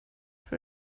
för